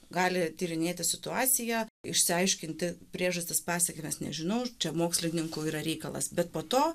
gali tyrinėti situaciją išsiaiškinti priežastis pasekmes nežinau čia mokslininkų yra reikalas bet po to